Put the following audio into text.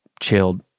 chilled